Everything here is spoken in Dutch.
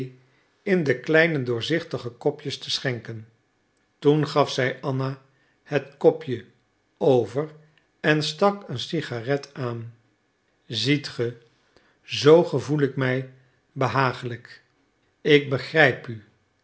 in de kleine doorzichtige kopjes te schenken toen gaf zij anna het kopje over en stak een cigarette aan ziet ge zoo gevoel ik mij behagelijk ik begrijp u